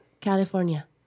California